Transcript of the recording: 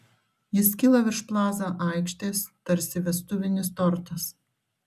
jis kyla virš plaza aikštės tarsi vestuvinis tortas